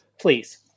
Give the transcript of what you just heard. please